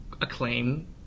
acclaim